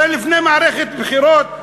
הרי לפני מערכת בחירות,